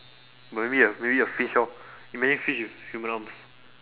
maybe a maybe a fish lor imagine fish with human arms